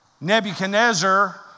Nebuchadnezzar